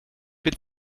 wird